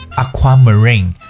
aquamarine